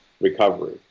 recovery